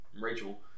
Rachel